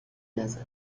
نزن